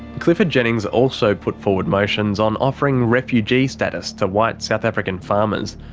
clifford jennings also put forward motions on offering refugee status to white south african farmers,